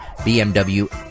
BMW